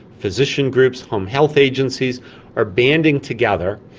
physician groups, home health agencies are banding together,